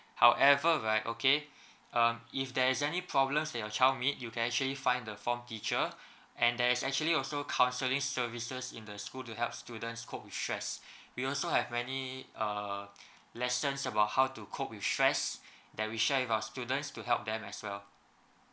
however right okay um if there is any problems that your child meet you can actually find the form teacher and there is actually also counselling services in the school to help students cope with stress we also have many err lessons about how to cope with stress that we share with our students to help them as well